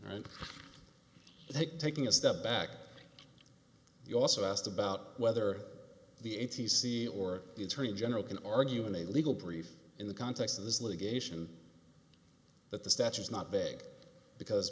take taking a step back you also asked about whether the a t c or the attorney general can argue in a legal brief in the context of this litigation that the statue is not bad because